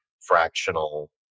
fractional